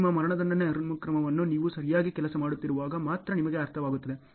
ನಿಮ್ಮ ಮರಣದಂಡನೆ ಅನುಕ್ರಮಗಳನ್ನು ನೀವು ಸರಿಯಾಗಿ ಕೆಲಸ ಮಾಡುತ್ತಿರುವಾಗ ಮಾತ್ರ ನಿಮಗೆ ಅರ್ಥವಾಗುತ್ತದೆ